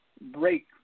break